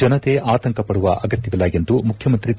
ಜನತೆ ಆತಂಕ ಪಡುವ ಅಗತ್ಯವಿಲ್ಲ ಎಂದು ಮುಖ್ಯಮಂತ್ರಿ ಬಿ